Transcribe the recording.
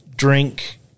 Drink